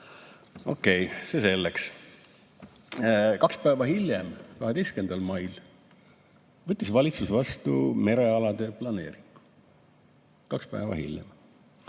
Okei, see selleks. Kaks päeva hiljem, 12. mail võttis valitsus vastu merealade planeeringu. Kaks päeva hiljem.